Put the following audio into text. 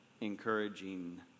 encouraging